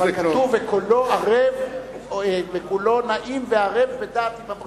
אבל כתוב: וקולו נעים וערב בדעת עם הבריות.